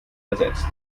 ersetzt